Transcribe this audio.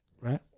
Right